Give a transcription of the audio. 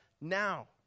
now